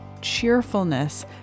cheerfulness